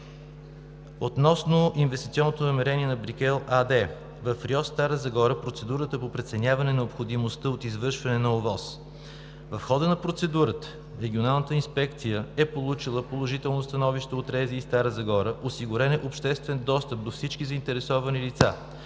Относно инвестиционното намерение на „Брикел“ ЕАД в РИОСВ – Стара Загора, процедурата по преценяване необходимостта от извършване на ОВОС. В хода на процедурата Регионалната инспекция е получила положително становище от РЗИ – Стара Загора, осигурен е обществен достъп до всички заинтересовани лица.